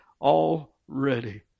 already